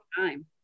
time